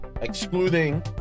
excluding